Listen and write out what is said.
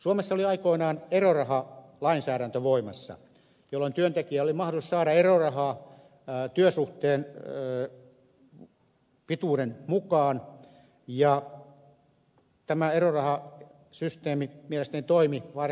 suomessa oli aikoinaan erorahalainsäädäntö voimassa jolloin työntekijällä oli mahdollisuus saada erorahaa työsuhteen pituuden mukaan ja tämä erorahasysteemi mielestäni toimi varsin hyvin